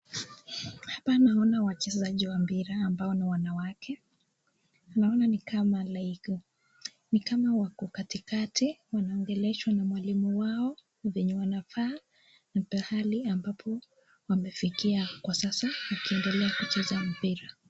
Hapa naona wachezaji wa mpira ambao ni wanawake, naona ni kama wako like ni kama wako katikati , wanaongeleshwa na mwalimu wao venye wanavaa, na pahali ambapo wamefikia kwa sasa wakiendelea kucheza mpira.